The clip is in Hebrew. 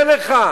אני אומר לך,